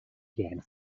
game